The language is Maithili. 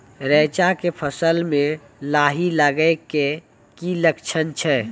रैचा के फसल मे लाही लगे के की लक्छण छै?